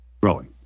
growing